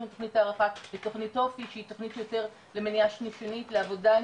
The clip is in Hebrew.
יש לנו תוכנית הערכה לתוכנית אופי שהיא תוכנית יותר למניעה ולעבודה עם